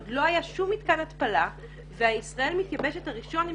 עוד לא היה שום מתקן התפלה וה-ישראל מתייבשת הראשון עם